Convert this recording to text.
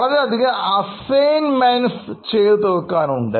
വളരെയധികം അസൈമെൻറ് ചെയ്തു തീർക്കാനുണ്ട്